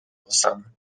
واسمون